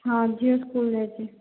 ହଁ ଝିଅ ସ୍କୁଲ୍ ଯାଇଛି